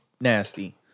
nasty